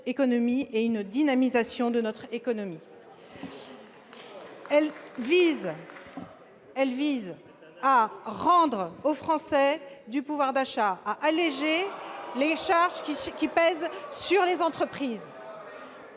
et dynamique. C'est un acte de foi. Elle vise à rendre aux Français du pouvoir d'achat, à alléger les charges qui pèsent sur les entreprises,